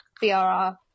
BRR